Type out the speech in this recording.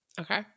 Okay